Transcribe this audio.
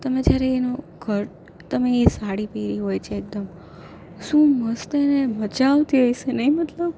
તમે જ્યારે એનો ઘર તમે એ સાડી પહેરી હોય છે એકદમ શું મસ્ત એને મજા આવતી હશે નહીં મતલબ